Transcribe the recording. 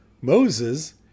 Moses